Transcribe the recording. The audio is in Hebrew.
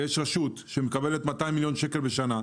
יש רשות שמקבלת 200 מיליון שקל בשנה,